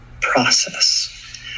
process